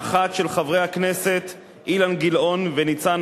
האחת של חברי הכנסת אילן גילאון וניצן